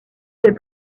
fait